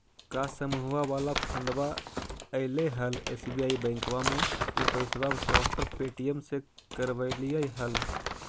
का समुहवा वाला फंडवा ऐले हल एस.बी.आई बैंकवा मे ऊ पैसवा ट्रांसफर पे.टी.एम से करवैलीऐ हल?